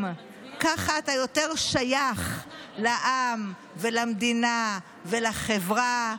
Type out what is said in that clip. ככה אתה יותר שייך לעם ולמדינה ולחברה,